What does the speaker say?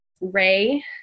ray